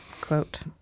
quote